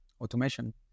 automation